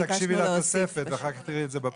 תקשיבי לתוספת ואחר כך תראי את זה בפרוטוקול.